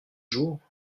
jours